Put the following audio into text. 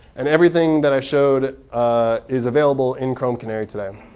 and everything that i showed is available in chrome canary today.